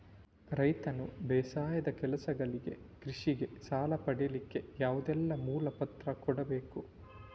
ರೈತನು ಬೇಸಾಯದ ಕೆಲಸಗಳಿಗೆ, ಕೃಷಿಗೆ ಸಾಲ ಪಡಿಲಿಕ್ಕೆ ಯಾವುದೆಲ್ಲ ಮೂಲ ಪತ್ರ ಕೊಡ್ಬೇಕು?